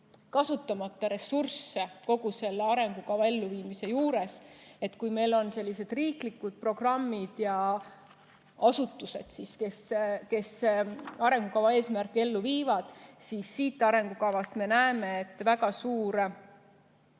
kasutamata ressursse kogu selle arengukava elluviimise juures. Kui meil on sellised riiklikud programmid ja asutused, kes arengukava eesmärke ellu viivad, siis arengukavast me näeme, et väga suur